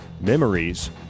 memories